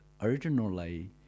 Originally